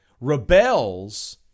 rebels